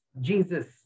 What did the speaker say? Jesus